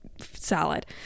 salad